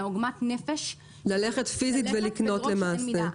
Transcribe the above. מעוגמת הנפש ללכת ולראות שאין מידה.